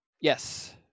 Yes